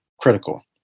critical